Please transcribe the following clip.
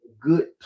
good